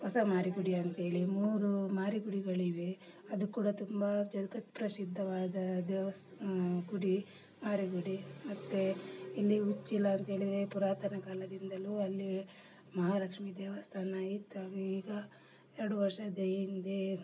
ಹೊಸ ಮಾರಿಗುಡಿ ಅಂತೇಳಿ ಮೂರೂ ಮಾರಿಗುಡಿಗಳಿವೆ ಅದು ಕೂಡ ತುಂಬಾ ಜಗತ್ಪ್ರಸಿದ್ಧವಾದ ದೇವಸ ಗುಡಿ ಮಾರಿಗುಡಿ ಮತ್ತೇ ಇಲ್ಲಿ ಉಚ್ಚಿಲ ಅಂತೇಳಿದರೆ ಪುರಾತನ ಕಾಲದಿಂದಲೂ ಅಲ್ಲೀ ಮಹಾಲಕ್ಷ್ಮಿ ದೇವಸ್ಥಾನ ಇತ್ತು ಈಗ ಎರಡು ವರ್ಷದ ಇಂದೆ